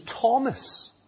Thomas